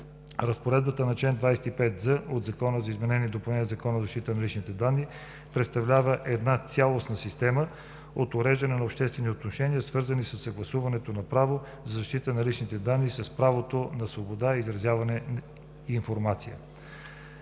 Разпоредбата на чл. 25з от Закона за изменение и допълнение на Закона за защита на личните данни представлява една цялостна система за уреждане на обществените отношения, свързани със съгласуването на правото на защита на личните данни с правото на свобода на изразяване и информация.